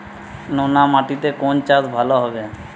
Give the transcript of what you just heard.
নোনা মাটিতে কোন চাষ ভালো হবে?